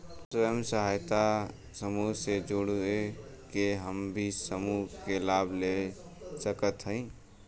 स्वयं सहायता समूह से जुड़ के हम भी समूह क लाभ ले सकत हई?